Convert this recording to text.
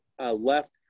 left